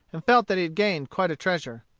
and felt that he had gained quite a treasure.